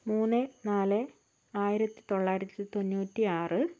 മൂന്ന് നാല് ആയിരത്തി തൊള്ളായിരത്തി തൊണ്ണൂറ്റി ആറ്